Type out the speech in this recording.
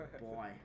boy